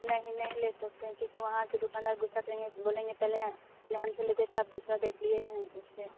नहीं नहीं ले सकते हैं क्योंकि वहाँ के दुकानदार गुस्सा करेंगे बोलेंगे पहले पहले हमसे लेते थे अब दूसरा देख लिए हैं इसलिए